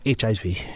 HIV